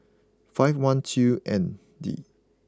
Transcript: five one two N D